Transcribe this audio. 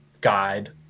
guide